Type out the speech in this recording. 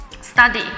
study